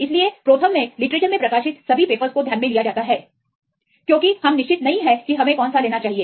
इसलिए प्रोथर्म में लिटरेचर में प्रकाशित सभी पेपर्स को ध्यान में लिया जाता है क्योंकि हम निश्चित नहीं हैं कि हमें कौन सा लेना चाहिए